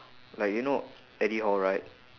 like you know eddie hall right